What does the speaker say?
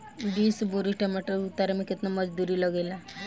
बीस बोरी टमाटर उतारे मे केतना मजदुरी लगेगा?